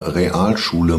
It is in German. realschule